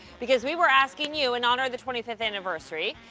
because we were asking you in honor of the twenty fifth anniversary,